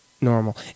normal